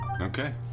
Okay